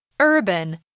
Urban